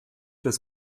das